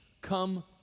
come